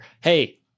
Hey